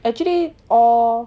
actually all